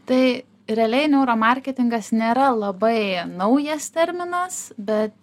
tai realiai neuromarketingas nėra labai naujas terminas bet